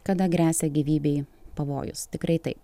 kada gresia gyvybei pavojus tikrai taip